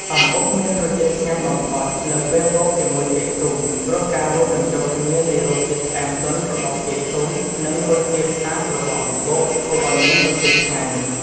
អំបុកមានរសជាតិឆ្ងាញ់បំផុត នៅពេលហូបជាមួយចេកទុំ ព្រោះការរួមបញ្ចូលគ្នានៃរសជាតិផ្អែមទន់របស់ចេកទុំ និងរសជាតិសាបបស់អំបុក ធ្វើឱ្យមានរសជាតិឆ្ងាញ។